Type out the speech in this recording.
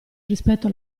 rispetto